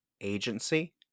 agency